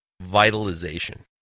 vitalization